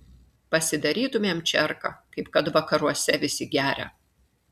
pasidarytumėm čerką kaip kad vakaruose visi geria